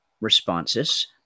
responses